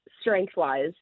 strength-wise